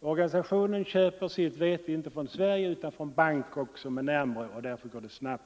genom den här organisationen, som köper sitt vete inte från Sverige utan från Bangkok som ligger närmare. Därför går leveranserna snabbt.